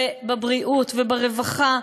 בריאות, רווחה.